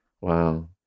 Wow